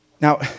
Now